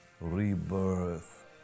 rebirth